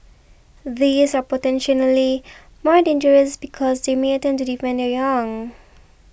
these are potentially more dangerous because they may attempt to defend their young